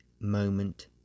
moment